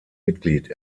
mitglied